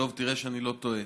דב, תראה שאני לא טועה,